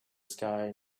sky